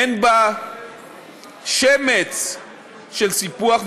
אין בה שמץ של סיפוח,